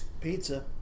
pizza